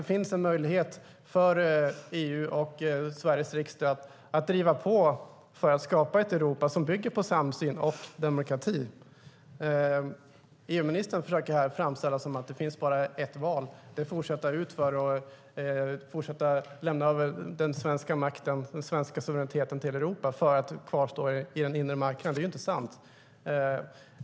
Det finns en möjlighet för EU och Sveriges riksdag att driva på för att skapa ett Europa som bygger på samsyn och demokrati. EU-ministern försöker här framställa det som att det bara finns ett val, och det är att fortsätta utför och lämna över den svenska suveräniteten till Europa för att kvarstå i den inre marknaden. Det är inte sant.